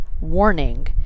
warning